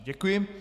Děkuji.